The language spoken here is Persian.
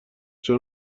چرا